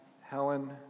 Helen